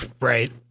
Right